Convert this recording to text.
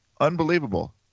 Unbelievable